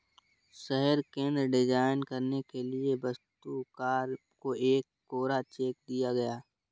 शहर केंद्र डिजाइन करने के लिए वास्तुकार को एक कोरा चेक दिया गया